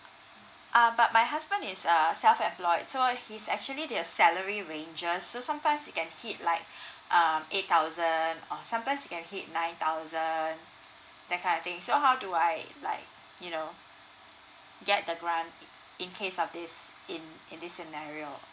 uh but my husband is err self employed so he's actually their salary ranges so sometimes it can hit like um eight thousand or sometimes it can hit nine thousand that kind of thing so how do I like you know get the grant in case of this in in this scenario